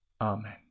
Amen